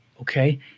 Okay